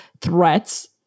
threats